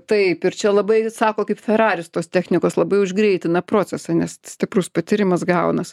taip ir čia labai sako kaip feraris tos technikos labai užgreitina procesą nes stiprus patyrimas gaunas